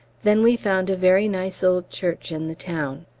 then we found a very nice old church in the town.